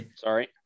sorry